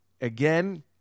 again